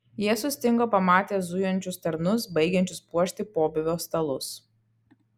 jie sustingo pamatę zujančius tarnus baigiančius puošti pobūvio stalus